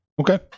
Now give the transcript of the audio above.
Okay